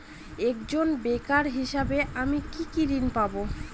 একজন বেকার হিসেবে আমি কি কি ঋণ পাব?